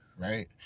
right